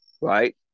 right